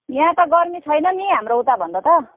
यहाँ त गर्मी छैन नि हाम्रो उताभन्दा त